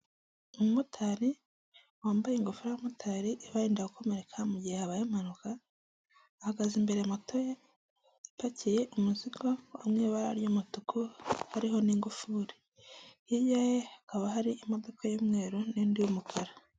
Umumotari wambaye ingofero y'abamotari imurinda gukomereka mu gihe habaye impanuka, ahagaze imbere ya moto ye ipakiye umuzigo wo mu ibara ry'umutuku hariho n'ingufuri, hirya ye hakaba hari imodoka y'umweru n'indi y'umukara.